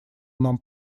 нам